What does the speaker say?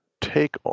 take